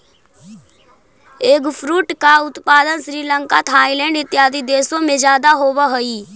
eggfruit का उत्पादन Sri Lanka Thailand इत्यादि देशों में ज्यादा होवअ हई